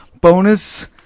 bonus